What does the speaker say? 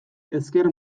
ezker